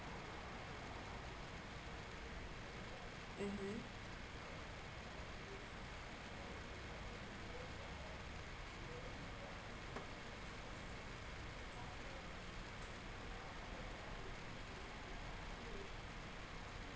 mm